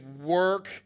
work